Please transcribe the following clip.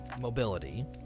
mobility